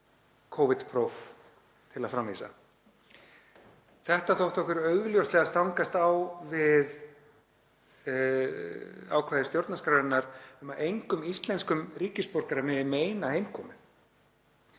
Covid-próf til að framvísa. Þetta þótti okkur augljóslega stangast á við ákvæði stjórnarskrárinnar um að engum íslenskum ríkisborgara mætti meina heimkomu.